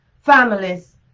families